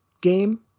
game